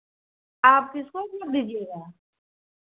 आप किसको वोट दीजिएगा